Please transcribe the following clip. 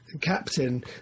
captain